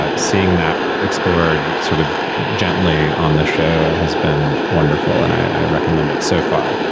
ah seeing that explored sort of gently on the show has been wonderful and i recommend it so far.